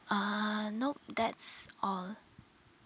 uh nope that's all